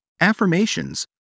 affirmations